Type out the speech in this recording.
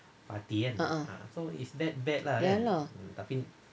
uh uh ya lah